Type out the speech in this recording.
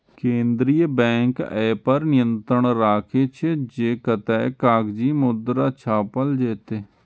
केंद्रीय बैंक अय पर नियंत्रण राखै छै, जे कतेक कागजी मुद्रा छापल जेतै